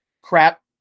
crap